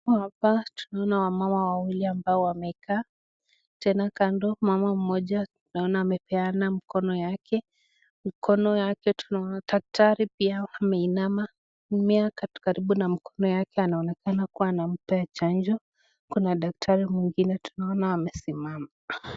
Hapa, tunaona wamama wawili ambao wamekaa. Tena kando, mama mmoja tunaona amepeana mkono wake. Mkono wake tunaona Daktari pia ameinama karibu na mkono yake, anaonekana kuwa anampa chanjo. Kuna Daktari mwingine tunaona amesimama.